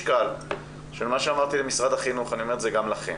על אותו משקל של מה שאמרתי למשרד החינוך אני אומר גם לכם,